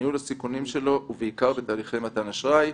ניהול הסיכונים שלו, בעיקר בהליכי מתן האשראי.